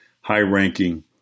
high-ranking